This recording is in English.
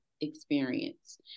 experience